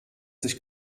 sich